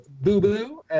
Boo-Boo